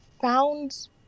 found